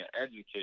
educated